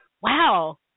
wow